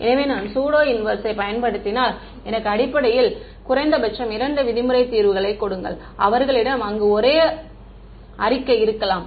எனவே நான் pseudo inverse யை பயன்படுத்தினால் எனக்குக் அடிப்படையில் குறைந்தபட்சம் 2 விதிமுறை தீர்வுகளை கொடுங்கள் அவர்களிடம் அங்கு ஒரே அறிக்கை இருக்கலாம்